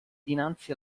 dinanzi